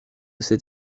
cet